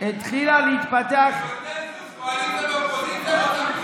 התחילה להתפתח, קואליציה ואופוזיציה,